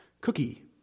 cookie